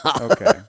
Okay